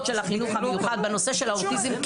של החינוך המיוחד בנושא של האוטיזם.